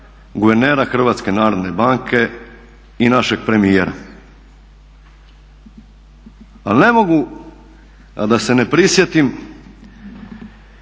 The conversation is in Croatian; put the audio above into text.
guvernera Hrvatske narodne banke i našeg premijera. Ali ne mogu a da se ne prisjetim